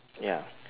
ya